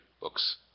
books